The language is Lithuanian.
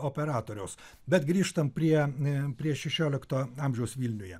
operatoriaus bet grįžtam prie ee prie šešiolikto amžiaus vilniuje